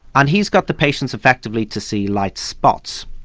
and he's got the patients effectively to see light spots.